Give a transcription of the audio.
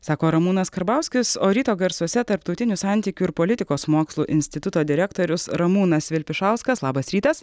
sako ramūnas karbauskis o ryto garsuose tarptautinių santykių ir politikos mokslų instituto direktorius ramūnas vilpišauskas labas rytas